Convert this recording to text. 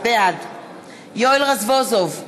בעד יואל רזבוזוב,